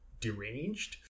deranged